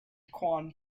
quan